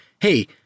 hey